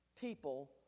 people